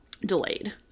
delayed